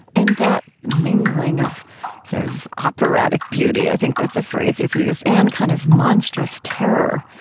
and that mingling of kind of operatic beauty i think that's a phrase i've used and kind of monstrous terror,